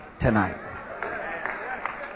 tonight